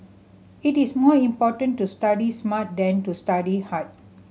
it is more important to study smart than to study hard